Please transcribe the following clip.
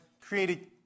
created